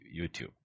YouTube